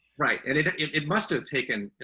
right. and it, it, it must've taken,